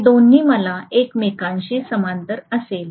हे दोन्ही मला एकमेकांशी समांतर असेल